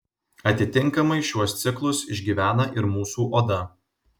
atitinkamai šiuos ciklus išgyvena ir mūsų oda